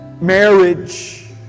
marriage